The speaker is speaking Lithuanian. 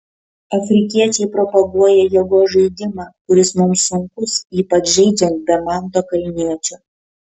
afrikiečiai propaguoja jėgos žaidimą kuris mums sunkus ypač žaidžiant be manto kalniečio